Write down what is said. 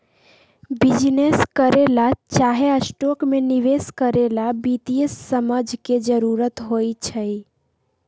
business करे ला चाहे स्टॉक में निवेश करे ला वित्तीय समझ के जरूरत होई छई